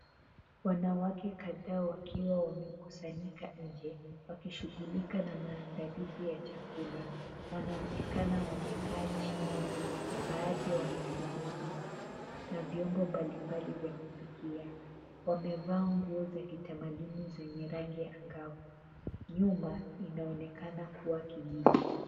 Wanawake kadhaa wakiwa wamekusanyika nje, wakishughulika na maandalizi ya chakula. Wanaonekana wamekaa chini na baadhi ya wamesimama. Na vyombo mbalimbali vya kupikia. Wamevaa nguo za kitamaduni zenye rangi angavu. Nyumba inaonekana kuwa kijivu.